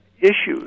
issues